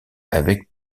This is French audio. avec